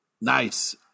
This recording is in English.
Nice